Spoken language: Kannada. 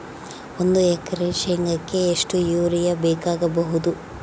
ಒಂದು ಎಕರೆ ಶೆಂಗಕ್ಕೆ ಎಷ್ಟು ಯೂರಿಯಾ ಬೇಕಾಗಬಹುದು?